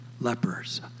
lepers